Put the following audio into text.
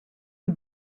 die